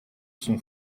son